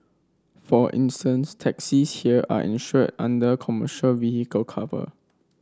for instance taxis here are insured under commercial vehicle cover